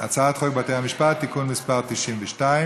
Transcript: הצעת חוק בתי המשפט (תיקון מס' 92),